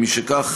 משכך,